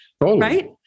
right